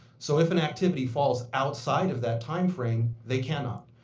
so if an activity falls outside of that timeframe, they cannot.